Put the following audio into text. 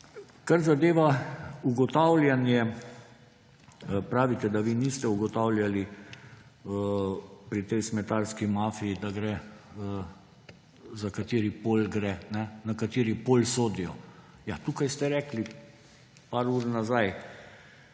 Kar zadeva ugotavljanje, pravite, da vi niste ugotavljali pri tej smetarski mafiji, za kateri pol gre, na kateri pol sodijo. Ja, tukaj ste rekli nekaj ur nazaj: